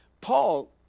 Paul